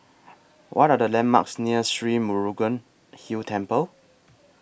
What Are The landmarks near Sri Murugan Hill Temple